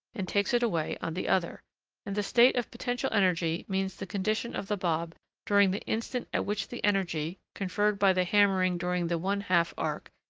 and takes it away on the other and the state of potential energy means the condition of the bob during the instant at which the energy, conferred by the hammering during the one half-arc,